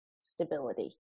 stability